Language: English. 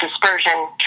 dispersion